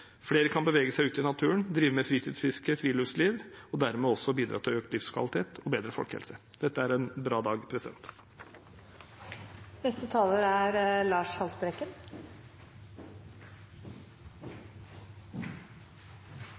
flere kan bevege seg ute i naturen, drive med fritidsfiske og friluftsliv, og dermed kan det også bidra til økt livskvalitet og bedre folkehelse. Dette er en bra dag.